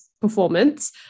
performance